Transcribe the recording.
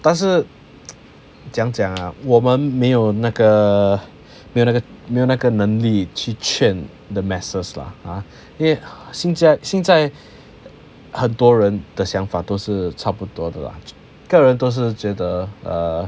但是怎样讲 ah 我们没有那个没有那个没有那个能力去劝 the masses lah ah 因为现在现在很多人的想法都是差不多的 lah 个人都是觉得 ah